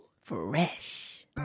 Fresh